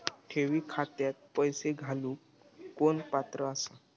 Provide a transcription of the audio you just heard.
ठेवी खात्यात पैसे घालूक कोण पात्र आसा?